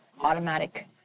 automatic